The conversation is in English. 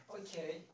okay